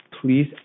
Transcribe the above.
please